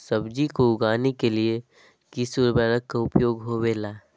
सब्जी को उगाने के लिए किस उर्वरक का उपयोग होबेला?